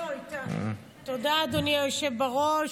תודה, אדוני היושב בראש.